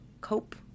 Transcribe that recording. cope